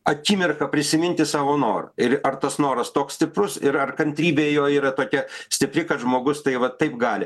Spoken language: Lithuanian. akimirką prisiminti savo norą ir ar tas noras toks stiprus ir ar kantrybė jo yra tokia stipri kad žmogus tai va taip gali